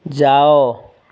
ଯାଅ